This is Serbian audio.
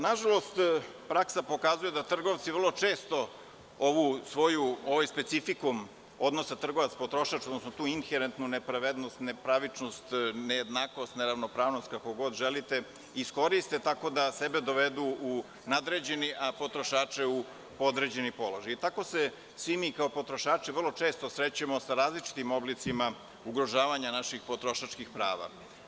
Nažalost, praksa pokazuje da trgovci vrlo često ovaj svoj specifikum odnosa trgovac-potrošač, odnosno inherentnu nepravedenost, nepravičnost, nejednakost, neravnopravnost, kako god želite, iskoriste tako da sebe dovedu u nadređeni, a potrošače u podređeni položaj i tako se svi mi kao potrošači vrlo često srećemo sa različitim oblicima ugrožavanja naših potrošačkih prava.